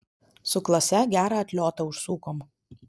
su klase gerą atliotą užsukom